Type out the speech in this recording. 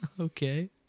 Okay